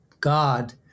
God